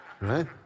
right